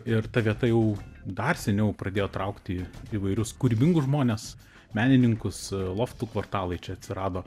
ir ta vieta jau dar seniau pradėjo traukti įvairius kūrybingus žmones menininkus loftų kvartalai čia atsirado